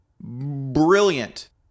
brilliant